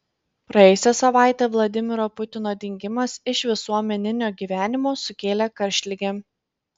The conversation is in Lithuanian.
praėjusią savaitę vladimiro putino dingimas iš visuomeninio gyvenimo sukėlė karštligę